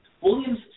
William's